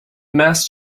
mast